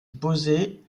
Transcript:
posée